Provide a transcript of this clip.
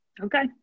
Okay